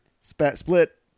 split